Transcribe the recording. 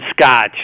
scotch